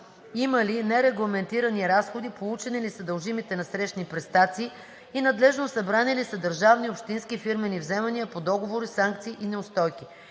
има ли нерегламентирани разходи, получени ли са дължимите насрещни престации и надлежно събрани ли са държавни, общински и фирмени вземания по договори, санкции и неустойки.